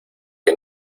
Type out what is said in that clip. que